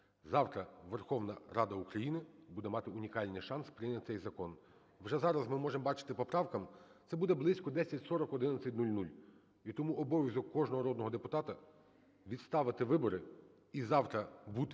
завтра Верховна Рада України буде мати унікальний шанс прийняти цей закон. Вже зараз ми можемо бачити по правках, це буде близько 10:40-11:00. І тому обов'язок кожного народного депутата – відставити вибори і завтра бути